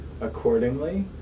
accordingly